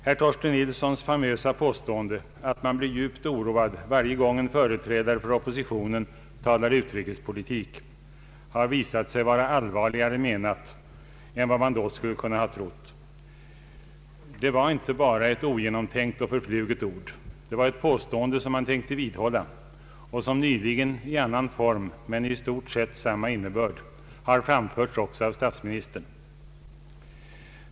Herr Torsten Nilssons famösa påstående att ”man blir djupt oroad varje gång en företrädare för oppositionen talar utrikespolitik” har visat sig vara allvarligare menat än vad man då skulle ha kunnat tro. Det var inte bara ett ogenomtänkt och förfluget ord. Det var ett påstående som han tänkte vidhålla och som nyligen i annan form men med i stort sett samma innebörd har framförts också av statsministern.